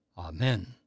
Amen